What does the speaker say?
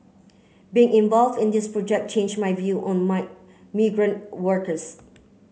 being involved in this project change my view on my migrant workers